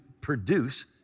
produce